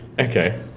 Okay